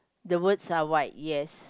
the words are white yes